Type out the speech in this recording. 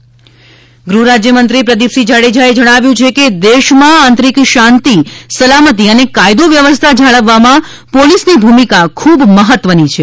police સંભારણા દિવસ ગૃહ રાજય મંત્રી પ્રદિપસિહ જાડેજાએ જણાવ્યુ છે કે દેશમાં આંતરિક શાંતિ સલામતી અને કાથદો વ્યવસ્થા જાળવવામાં પોલીસની ભૂમિકા ખૂબ મહત્વની છે